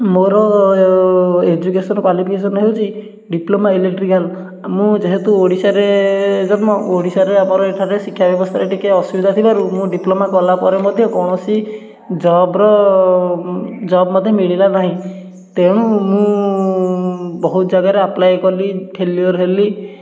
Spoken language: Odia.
ମୋର ଏଜୁକେଶନ୍ କ୍ଵାଲିଫିକେସନ୍ ହେଉଛି ଡିପ୍ଲୋମା ଇଲେକ୍ଟ୍ରିକାଲ ମୁଁ ଯେହେତୁ ଓଡିଶାରେ ଜନ୍ମ ଓଡ଼ିଶାରେ ଆମର ଏଠାରେ ଶିକ୍ଷା ବ୍ୟବସ୍ଥାରେ ଟିକେ ଅସୁବିଧା ଥିବାରୁ ମୁଁ ଡିପ୍ଲୋମା କଲା ପରେ ମଧ୍ୟ କୌଣସି ଜବର ଜବ୍ ମୋତେ ମିଳିଲା ନାହିଁ ତେଣୁ ମୁଁ ବହୁତ ଜାଗାରେ ଆପଲାଏ କଲି ଫେଲୁଅର୍ ହେଲି